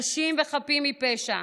נשים וחפים מפשע.